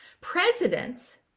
Presidents